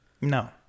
no